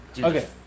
Okay